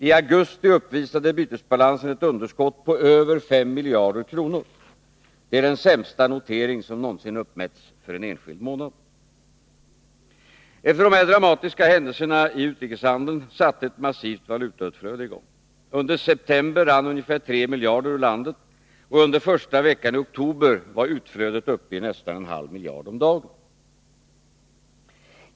I augusti uppvisade bytesbalansen ett underskott på över 5 miljarder kronor — det är den sämsta notering som någonsin uppmätts för en enskild månad. Efter dessa dramatiska händelser i utrikeshandeln satte ett massivt valutautflöde i gång. Under september rann ungefär 3 miljarder ur landet, och under första veckan i oktober var utflödet uppe i nästan en halv miljard om dagen.